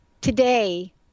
Today